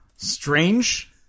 strange